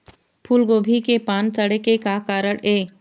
फूलगोभी के पान सड़े के का कारण ये?